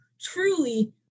truly